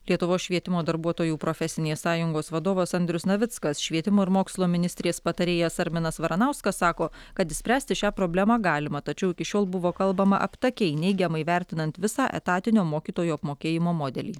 lietuvos švietimo darbuotojų profesinės sąjungos vadovas andrius navickas švietimo ir mokslo ministrės patarėjas arminas varanauskas sako kad išspręsti šią problemą galima tačiau iki šiol buvo kalbama aptakiai neigiamai vertinant visą etatinio mokytojų apmokėjimo modelį